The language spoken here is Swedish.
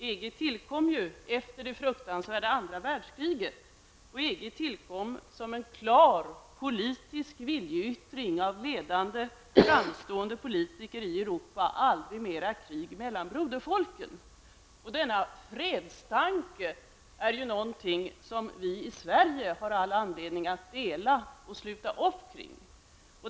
EG tillkom ju efter det fruktansvärda andra världskriget som en klar politisk viljeyttring av ledande framstående politiker i Europa: aldrig mera krig mellan broderfolken. Denna fredstanke har vi i Sverige all anledning att dela och sluta upp kring.